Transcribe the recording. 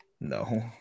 No